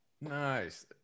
Nice